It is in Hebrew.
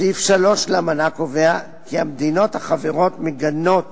סעיף 3 לאמנה קובע כי המדינות החברות מגנות